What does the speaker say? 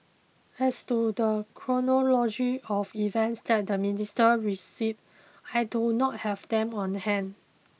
as to the chronology of events that the minister receipt I do not have them on hand